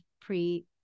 pre